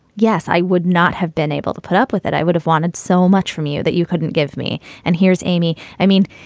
yes. i would not have been able to put up with it. i would have wanted so much from you that you couldn't give me. and here's amy. i mean,